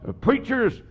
preachers